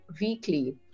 weekly